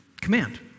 command